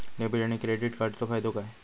Debit आणि credit कार्डचो फायदो काय?